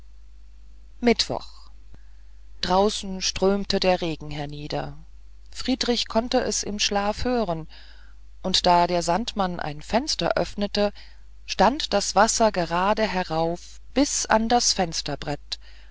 mittwoch draußen strömte der regen hernieder friedrich konnte es im schlaf hören und da der sandmann ein fenster öffnete stand das wasser gerade herauf bis an das fensterbrett